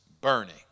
burning